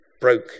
broke